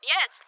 Yes